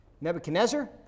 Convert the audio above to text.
Nebuchadnezzar